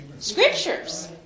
scriptures